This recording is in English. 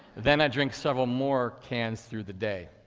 then i drink several more cans through the day.